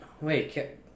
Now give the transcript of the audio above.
wait